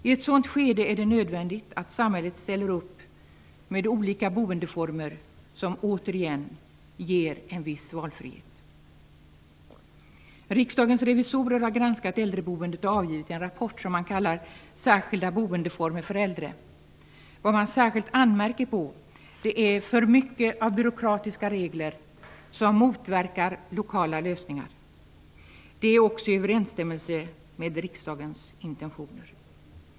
I ett sådant skede är det nödvändigt att samhället ställer upp med olika boendeformer som återigen ger en viss valfrihet. Riksdagens revisorer har granskat äldreboendet och avgivit en rapport som man kallar Särskilda boendeformer för äldre. Vad man speciellt anmärker på är att det finns för mycket av byråkratiska regler, som motverkar lokala lösningar. Det man framför står också i överensstämmelse med riksdagens intentioner.